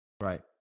Right